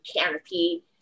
canopy